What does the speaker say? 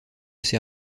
ces